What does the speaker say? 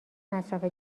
اطراف